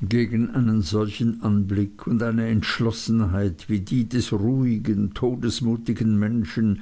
gegen einen solchen anblick und eine entschlossenheit wie die des ruhigen todesmutigen menschen